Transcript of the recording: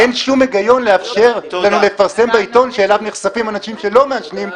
אין שום היגיון לאפשר לנו לפרסם בעיתון שאליו נחשפים אנשים שלא מעשנים,